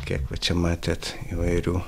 kiek va čia matėt įvairių